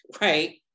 right